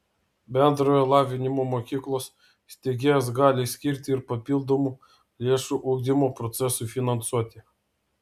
bendrojo lavinimo mokyklos steigėjas gali skirti ir papildomų lėšų ugdymo procesui finansuoti